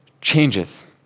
changes